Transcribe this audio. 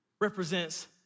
represents